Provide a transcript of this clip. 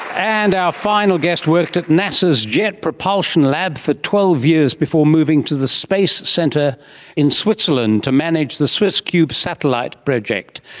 and our final guest worked at nasa's jet propulsion lab for twelve years before moving to the space centre in switzerland to manage the swisscube satellite project.